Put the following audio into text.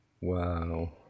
Wow